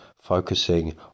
focusing